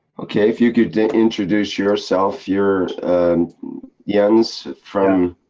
okay, if you could introduce yourself. you're. and yeah jens from?